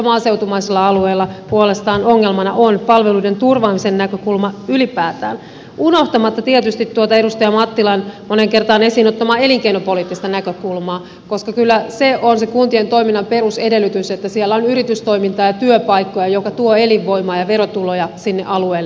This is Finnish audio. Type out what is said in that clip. maaseutumaisilla alueilla puolestaan ongelmana on palveluiden turvaamisen näkökulma ylipäätään unohtamatta tietysti tuota edustaja mattilan moneen kertaan esiin ottamaa elinkeinopoliittista näkökulmaa koska kyllä se on se kuntien toiminnan perusedellytys että siellä on yritystoimintaa ja työpaikkoja jotka tuovat elinvoimaa ja verotuloja sinne alueelle